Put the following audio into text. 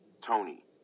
Tony